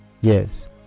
Yes